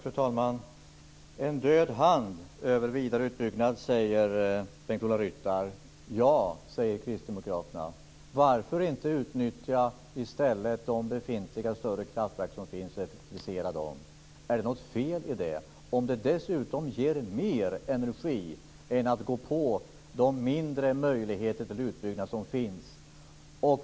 Fru talman! Bengt-Ola Ryttar talar om en död hand över vidareutbyggnad. Ja, säger kristdemokraterna. Varför inte i stället utnyttja de befintliga större kraftverken och effektivisera dem? Är det något fel i att göra så om det dessutom ger mer energi än vad de möjligheter till mindre utbyggnader som finns ger?